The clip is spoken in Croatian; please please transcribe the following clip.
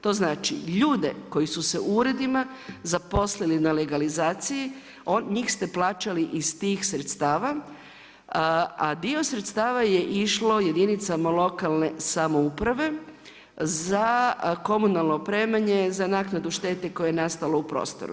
To znači ljude koji su se u uredima zaposlili na legalizaciji njih ste plaćali iz tih sredstava a dio sredstava je išlo jedinicama lokalne samouprave za komunalno opremanje, za naknadu štete koja je nastala u prostoru.